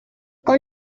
con